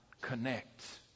connect